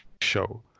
show